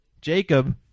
Jacob